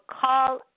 call